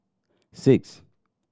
six